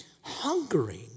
hungering